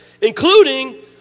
including